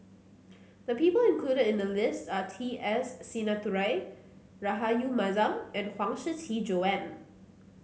the people included in the list are T S Sinnathuray Rahayu Mahzam and Huang Shiqi Joan